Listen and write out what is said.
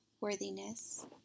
worthiness